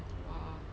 !wah!